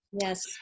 Yes